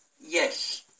yes